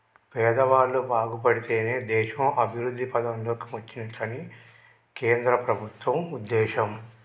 పేదవాళ్ళు బాగుపడితేనే దేశం అభివృద్ధి పథం లోకి వచ్చినట్లని కేంద్ర ప్రభుత్వం ఉద్దేశం